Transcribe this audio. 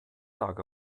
lagen